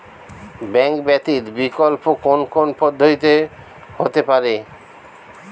Bank ব্যতীত বিকল্প কোন কোন পদ্ধতিতে হতে পারে?